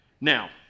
Now